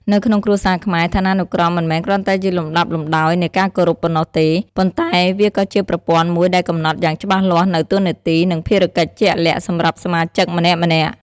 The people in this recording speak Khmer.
នៅក្នុងគ្រួសារខ្មែរ ឋានានុក្រម មិនមែនគ្រាន់តែជាលំដាប់លំដោយនៃការគោរពប៉ុណ្ណោះទេ ប៉ុន្តែវាក៏ជាប្រព័ន្ធមួយដែលកំណត់យ៉ាងច្បាស់លាស់នូវ តួនាទី និងភារកិច្ចជាក់លាក់ សម្រាប់សមាជិកម្នាក់ៗ។